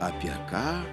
apie ką